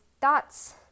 thoughts